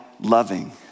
loving